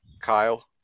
Kyle